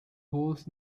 holes